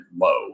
low